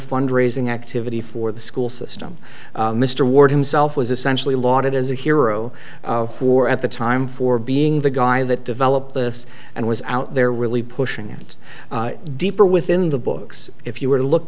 fund raising activity for the school system mr ward himself was essentially lauded as a hero for at the time for being the guy that developed this and was out there really pushing it deeper within the books if you were to look